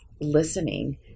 listening